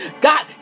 God